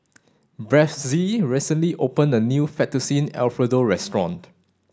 Bethzy recently opened a new Fettuccine Alfredo restaurant